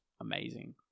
amazing